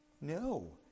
No